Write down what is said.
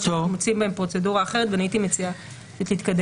שאנחנו מציעים בהן בפרוצדורה אחרת ואני הייתי מציעה באמת להתקדם.